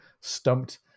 stumped